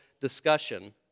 discussion